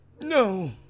No